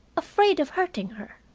afraid of hurting her.